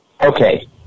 okay